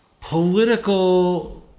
political